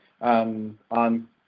on